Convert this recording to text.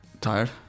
Tired